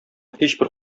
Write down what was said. һичбер